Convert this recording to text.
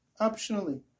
optionally